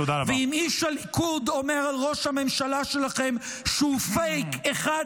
ואם איש הליכוד אומר על ראש הממשלה שלכם שהוא פייק אחד גדול,